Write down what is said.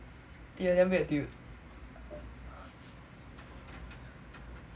you're damn weird dude